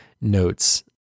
notes